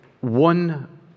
one